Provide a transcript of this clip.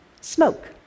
smoke